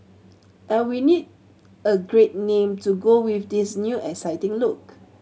and we need a great name to go with this new exciting look